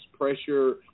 pressure